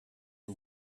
who